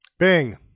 Bing